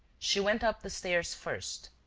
she went up the stairs first,